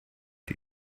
die